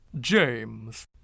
James